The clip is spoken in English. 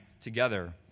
together